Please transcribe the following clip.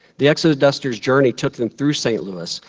the exodusters' journey took them through st. louis,